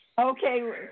Okay